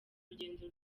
urugendo